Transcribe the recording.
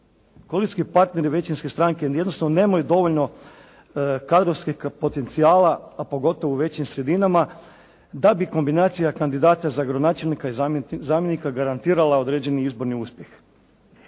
koalicijski partneri većinske stranke jednostavno nemaju dovoljno kadrovskih potencijala a pogotovo u većim sredinama da bi kombinacija kandidata za gradonačelnika i zamjenika garantirala određeni izborni uspjeh.